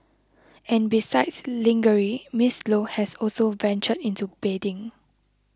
and besides lingerie Miss Low has also ventured into bedding